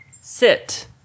Sit